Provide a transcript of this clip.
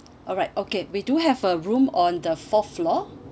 alright okay we do have a room on the fourth floor